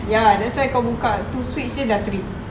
ya that's why kau buka tu switch jer dah trip